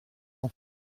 ans